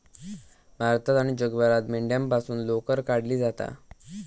भारतात आणि जगभरात मेंढ्यांपासून लोकर काढली जाता